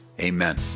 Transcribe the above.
amen